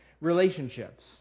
relationships